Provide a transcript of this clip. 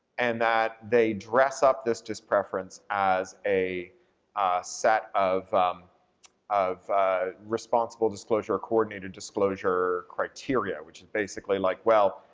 and that they dress up this dispreference as a set of of responsible disclosure or coordinated disclosure criteria, which is basically like, well,